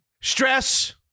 Stress